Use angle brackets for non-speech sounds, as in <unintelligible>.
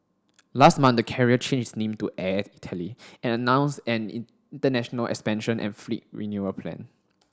<noise> last month the carrier changed its name to Air Italy and announced an <unintelligible> international expansion and fleet renewal plan